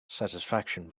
satisfaction